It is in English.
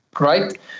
Right